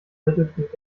mittelpunkt